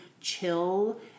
chill